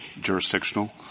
jurisdictional